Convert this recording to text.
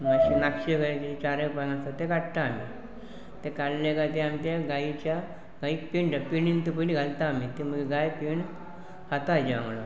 मात्शें नाक्षी लायले चारय पान आसा ते काडटा आमी ते काडले काय आमी ते गाईच्या गाईक पेंड पेंडीन ते पयली घालता आमी ते मगेर गाय पिण खाता तेज्या वांगडा